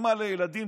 אימא לילדים,